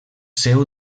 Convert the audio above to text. seu